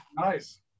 Nice